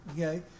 Okay